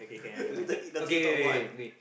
later eat nothing to talk about